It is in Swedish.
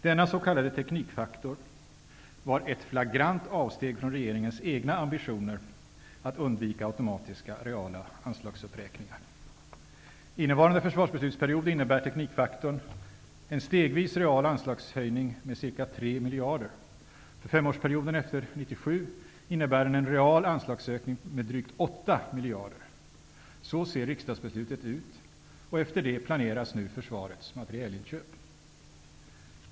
Denna s.k. teknikfaktor var ett flagrant avsteg från regeringens egna ambitioner att undvika automatiska reala anslagsuppräkningar. Innevarande försvarsbeslutsperiod innebär teknikfaktorn en stegvis real anslagshöjning med ca 3 miljarder. För femårsperioden efter 1997 innebär den en real anslagsökning med drygt 8 miljarder. Så ser riksdagsbeslutet ut och i enlighet med detta planeras nu försvarets materielinköp.